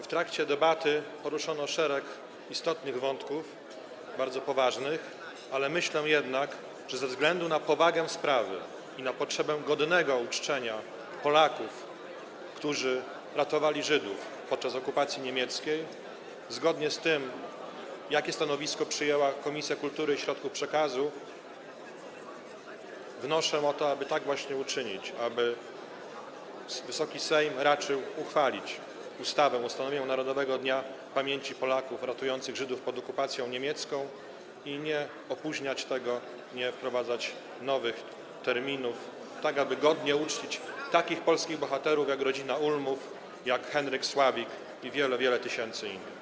W trakcie debaty poruszono szereg istotnych wątków, bardzo poważnych, ale ze względu na powagę sprawy i na potrzebę godnego uczczenia Polaków, którzy ratowali Żydów podczas okupacji niemieckiej, zgodnie z tym, jakie stanowisko przyjęła Komisja Kultury i Środków Przekazu, wnoszę o to, aby tak właśnie uczynić i aby Wysoki Sejm raczył uchwalić ustawę o ustanowieniu Narodowego Dnia Pamięci Polaków ratujących Żydów pod okupacją niemiecką i nie opóźniać tego, nie wprowadzać nowych terminów, tak aby godnie uczcić takich polskich bohaterów, jak rodzina Ulmów, jak Henryk Sławik i wiele, wiele tysięcy innych.